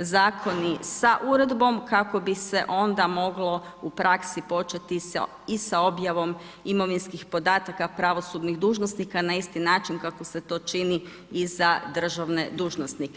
zakoni sa uredbom kako bi se onda moglo u praksi početi i sa objavom imovinskih podataka pravosudnih dužnosnika na isti način kako se to čini i za državne dužnosnike.